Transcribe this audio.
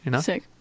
Sick